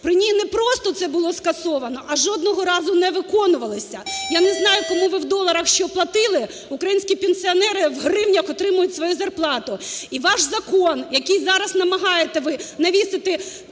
При ній не просто це було скасовано, а жодного разу не виконувалося. Я не знаю, кому ви в доларах що платили, українські пенсіонери в гривнях отримують свою зарплату. І ваш закон, який зараз намагаєтесь ви навісити